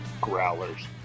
growlers